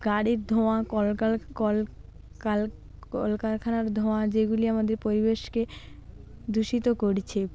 গাড়ির ধোঁয়া কলকারখানার ধোঁয়া যেগুলি আমাদের পরিবেশকে দূষিত করছে